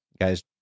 Guys